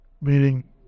Meaning